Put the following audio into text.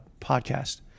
podcast